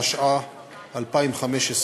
התשע"ה 2015,